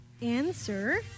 answer